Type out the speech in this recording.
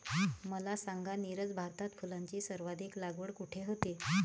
मला सांगा नीरज, भारतात फुलांची सर्वाधिक लागवड कुठे होते?